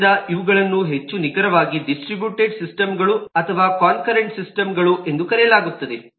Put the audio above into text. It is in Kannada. ಆದ್ದರಿಂದ ಇವುಗಳನ್ನು ಹೆಚ್ಚು ನಿಖರವಾಗಿ ಡಿಸ್ಟ್ರಿಬ್ಯುಟೆಡ್ ಸಿಸ್ಟಮ್ಗಳು ಅಥವಾ ಕೋನ್ಕರೆಂಟ್ ಸಿಸ್ಟಮ್ಗಳು ಎಂದು ಕರೆಯಲಾಗುತ್ತದೆ